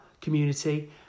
community